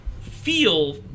feel